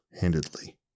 handedly